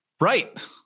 Right